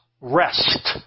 rest